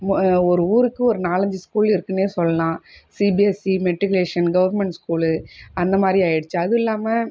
ஒரு ஊருக்கு ஒரு நாலு அஞ்சு ஸ்கூல் இருக்குனே சொல்லலாம் சிபிஎஸ்சி மெட்ரிகுலேஷன் கவர்மண்ட் ஸ்கூல் அந்தமாதிரி ஆகிடிச்சு அதுவும் இல்லாமல்